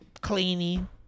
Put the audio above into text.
Cleaning